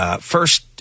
First